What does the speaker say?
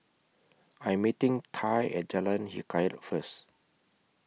I'm meeting Tye At Jalan Hikayat First